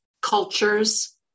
cultures